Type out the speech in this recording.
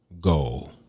go